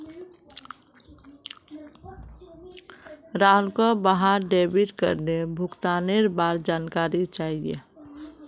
राहुलक वहार डेबिट कार्डेर भुगतानेर बार जानकारी चाहिए